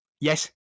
Yes